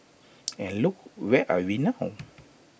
and look where we are now